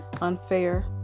unfair